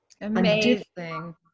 amazing